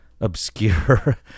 obscure